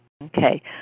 Okay